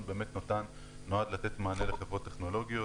באמת נועד לתת מענה לחברות טכנולוגיות.